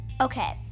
Okay